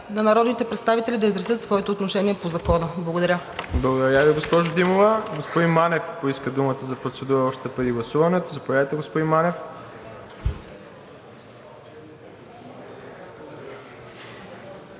на народните представители да изразят своето отношение по Закона. Благодаря. ПРЕДСЕДАТЕЛ МИРОСЛАВ ИВАНОВ: Благодаря Ви, госпожо Димова. Господин Манев поиска думата за процедура още преди гласуването. Заповядайте, господин Манев.